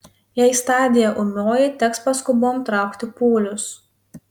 jei stadija ūmioji teks paskubom traukti pūlius